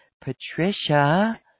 Patricia